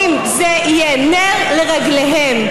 אם זה יהיה נר לרגליהם,